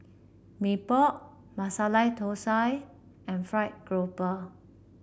Mee Pok Masala Thosai and fried grouper